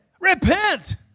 Repent